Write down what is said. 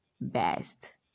best